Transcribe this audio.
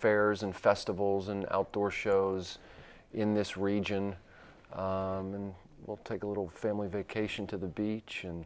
fairs and festivals and outdoor shows in this region and we'll take a little family vacation to the beach and